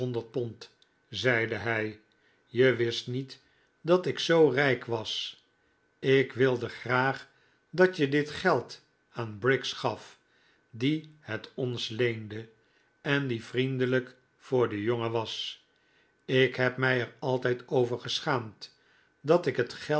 zeide hij je wist niet dat ik zoo rijk was ik wilde graag dat je dit geld aan briggs gaf die het ons leende en die vriendelijk voor den jongen was ik heb mij er altijd over geschaamd dat ik het geld